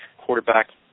quarterback